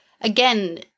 again